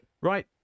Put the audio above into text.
right